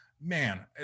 man